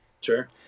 Sure